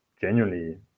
genuinely